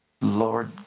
Lord